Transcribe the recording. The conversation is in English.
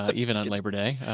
but even on labor day,